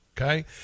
okay